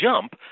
jump